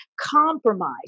compromise